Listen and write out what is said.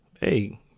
Hey